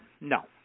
No